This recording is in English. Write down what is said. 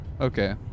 Okay